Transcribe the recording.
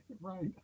Right